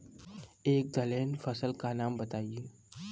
एक दलहन फसल का नाम बताइये